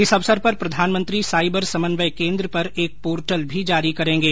इस अवसर पर प्रधानमंत्री साइबर समन्वय केन्द्र पर एक पोर्टल भी जारी करेंगे